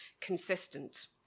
consistent